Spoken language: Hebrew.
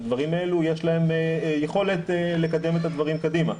לדברים האלה יש יכולת לקדם את הדברים קדימה.